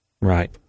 right